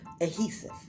adhesive